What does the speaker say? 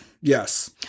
yes